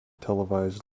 televised